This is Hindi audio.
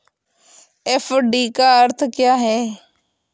एफ.डी का अर्थ क्या है?